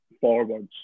forwards